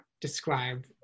describe